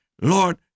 Lord